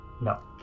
No